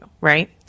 right